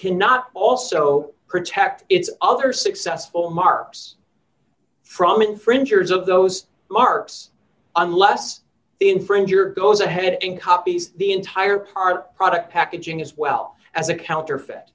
cannot also protect its other successful marks from infringers of those marks unless the infringer goes ahead and copies the entire par product packaging as well as a counterfeit